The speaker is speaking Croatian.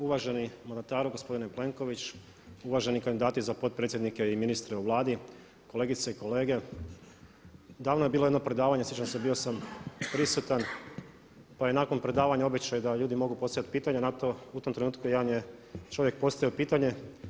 Uvaženi mandataru gospodine Plenković, uvaženi kandidati za potpredsjednike i ministre u Vladi, kolegice i kolege davno je bilo jedno predavanje, sjećam se bio sam prisutan, pa je nakon predavanja običaj da ljudi mogu postavljati pitanja na to, u tom trenutku jedan je čovjek postavio pitanje.